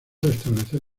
restablecer